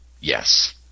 Yes